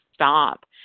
stop